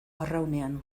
arraunean